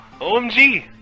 OMG